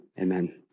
Amen